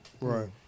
right